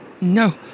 No